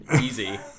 Easy